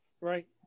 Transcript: right